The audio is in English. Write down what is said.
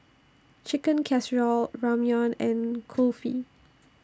Chicken Casserole Ramyeon and Kulfi